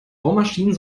bohrmaschinen